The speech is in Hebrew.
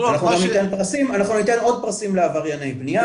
אנחנו גם ניתן עוד פרסים לעברייני בנייה.